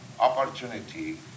opportunity